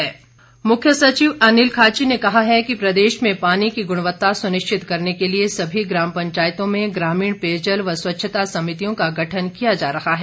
मुख्य सचिव मुख्य सचिव अनिल खाची ने कहा है कि प्रदेश में पानी की गुणवत्ता सुनिश्चित करने के लिए सभी ग्राम पंचायतों में ग्रामीण पेयजल व स्वच्छता समितियों का गठन किया जा रहा है